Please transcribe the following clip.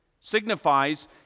signifies